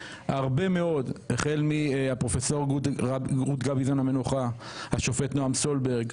החל מפרופ' רות גביזון המנוחה, השופט נעם סולברג,